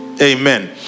Amen